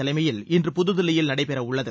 தலைமையில் இன்று புதுதில்லியில் நடைபெறவுள்ளது